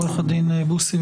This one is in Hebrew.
עורך הדין בוסי,